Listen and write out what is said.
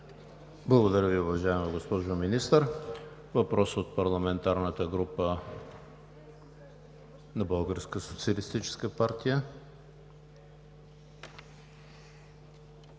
Благодаря Ви, госпожо Министър. Въпрос от парламентарната група на „БСП